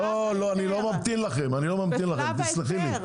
לא, אני לא ממתין לכם, תסלחי לי.